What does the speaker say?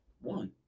One